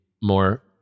more